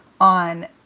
on